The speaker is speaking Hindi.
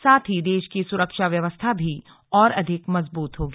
साथ ही देश की सुरक्षा व्यवस्था भी और अधिक मजबूत होगी